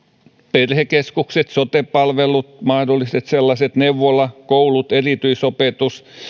perhekeskukset sote palvelut mahdolliset sellaiset neuvola koulut erityisopetus